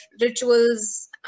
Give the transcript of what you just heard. rituals